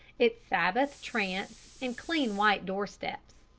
its sabbath trance and clean white door-steps.